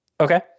Okay